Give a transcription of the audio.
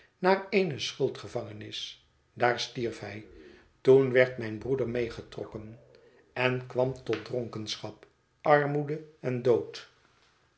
naar eene schuldgevangenis daar stierf hij toen werd mijn broeder meegetrokken en kwam tot dronkenschap armoede en dood